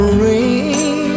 ring